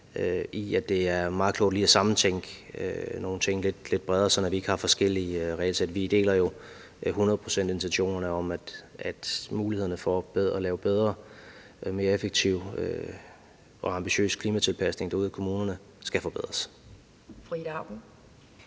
at det er meget klogt lige at sammentænke nogle ting lidt bredere, så vi ikke har forskellige regelsæt. Vi deler jo hundrede procent intentionerne om, at mulighederne for at lave bedre og mere effektiv og ambitiøs klimatilpasning ude i kommunerne skal forbedres.